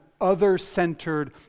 other-centered